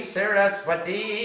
Saraswati